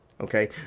Okay